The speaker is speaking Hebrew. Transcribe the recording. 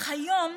היום,